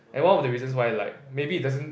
and one of the reasons why like maybe he doesn't